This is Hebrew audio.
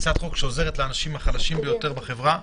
זו הצעת חוק שעוזרת לאנשים החלשים ביותר בחברה.